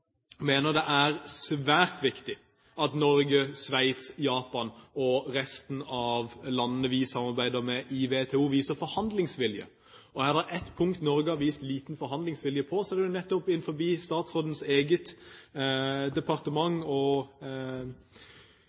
mener det er svært viktig at Norge, Sveits, Japan og resten av landene vi samarbeider med i WTO, viser forhandlingsvilje. Er det ett punkt Norge har vist liten forhandlingsvilje på, er det nettopp innenfor statsrådens eget departement,